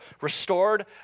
restored